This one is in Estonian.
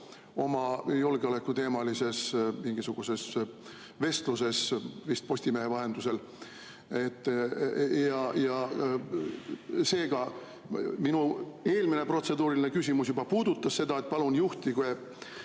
oma julgeolekuteemalises mingisuguses vestluses vist Postimehe vahendusel. Seega, minu eelmine protseduuriline küsimus juba puudutas seda: palun juhtige